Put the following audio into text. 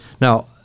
Now